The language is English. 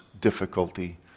difficulty